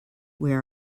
where